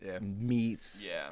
meats